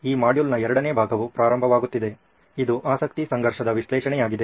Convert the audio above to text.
ಈ ಮಾಡ್ಯೂಲ್ನ ಎರಡನೇ ಭಾಗವು ಪ್ರಾರಂಭವಾಗುತ್ತಿದೆ ಇದು ಆಸಕ್ತಿ ಸಂಘರ್ಷದ ವಿಶ್ಲೇಷಣೆಯಾಗಿದೆ